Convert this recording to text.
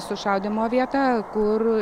sušaudymo vieta kur